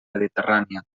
mediterrània